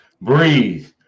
breathe